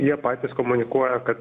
jie patys komunikuoja kad